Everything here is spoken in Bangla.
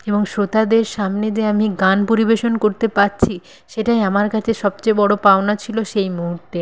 এবং শ্রোতাদের সামনে দিয়ে আমি গান পরিবেশন করতে পারছি সেটাই আমার কাছে সবচেয়ে বড়ো পাওনা ছিলো সেই মুহুর্তে